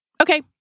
Okay